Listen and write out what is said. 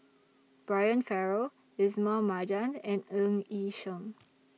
Brian Farrell Ismail Marjan and Ng Yi Sheng